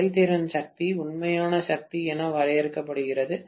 செயல்திறன் சக்தி உண்மையான சக்தி என வரையறுக்கப்படுகிறது